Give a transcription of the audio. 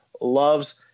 loves